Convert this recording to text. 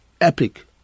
epic